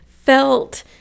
felt